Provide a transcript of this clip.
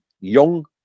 young